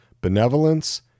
benevolence